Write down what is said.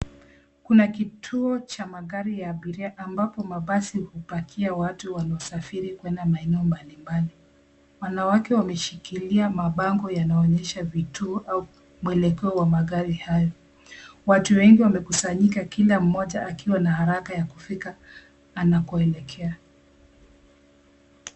Kuna kituo cha magari ya abiria ambapo mabasi hupakia watu wanaosafiri kwenda maeneo mbalimbali. Wanawake wameshikilia mabango yanayoonyesha vituo au mwelekeo wa magari hayo. Watu wengi wamekusanyika kila mmoja akiwa na haraka ya kufika anakoelekea.